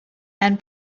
and